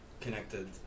connected